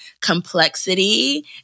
complexity